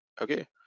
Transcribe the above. okay